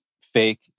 fake